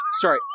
sorry